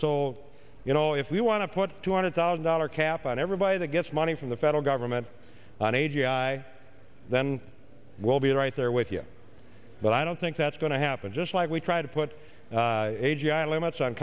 l you know if we want to put two hundred thousand dollar cap on everybody that gets money from the federal government on a g i then we'll be right there with you but i don't think that's going to happen just like we try to put a g i limits on